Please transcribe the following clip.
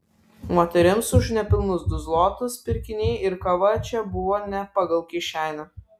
moterims už nepilnus du zlotus pirkiniai ir kava čia buvo ne pagal kišenę